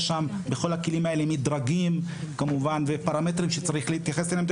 בכל הכלים האלה יש מדרגים ופרמטרים שצריך להתייחס אליהם.